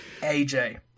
AJ